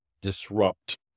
disrupt